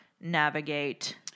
navigate